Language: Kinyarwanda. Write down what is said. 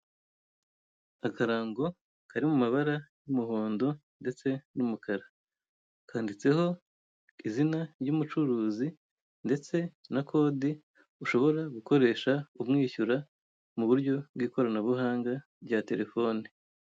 Akarango kari mu mabara y'umuhondo ndetse n'umukara kanditseho izina ry'umucuruzi, ndetse na kode ushobora gukoresha umwishyura mu buryo bw'ikoranabuhanga rya terefone.